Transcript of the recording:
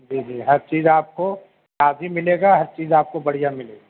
جی جی ہر چیز آپ کو صاف ہی ملے گا ہر چیز آپ کو بڑھیا ملے گی